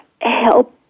help